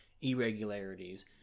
irregularities